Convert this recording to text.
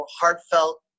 heartfelt